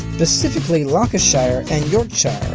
specifically lancashire and yorkshire,